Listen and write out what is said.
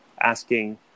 asking